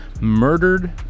murdered